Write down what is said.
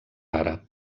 àrab